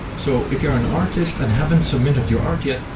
so if you're an artist and haven't submitted your art yet,